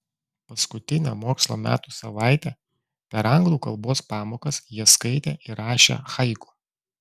paskutinę mokslo metų savaitę per anglų kalbos pamokas jie skaitė ir rašė haiku